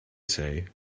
say